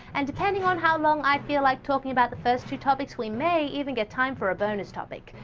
and depending on how long i feel like talking about the first two topics, we may even get time for a bonus topic.